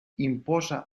imposa